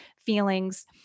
feelings